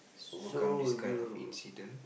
overcome this kind of incident